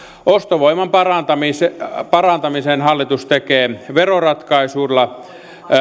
ostovoiman parantamisen hallitus tekee veroratkaisuilla